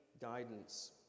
guidance